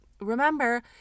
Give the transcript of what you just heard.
remember